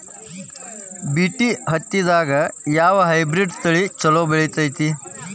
BT ಹತ್ತಿದಾಗ ಯಾವ hybrid ತಳಿ ಛಲೋ ಬೆಳಿತೈತಿ?